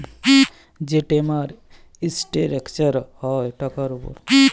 যে term structure হ্যয় টাকার উপরে